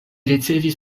ricevis